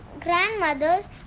grandmother's